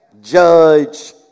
judge